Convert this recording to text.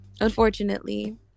unfortunately